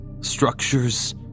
structures